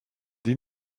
die